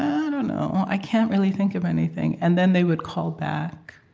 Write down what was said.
i don't know. i can't really think of anything. and then they would call back,